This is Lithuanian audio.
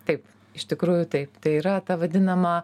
taip iš tikrųjų taip tai yra ta vadinama